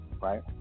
right